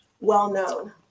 well-known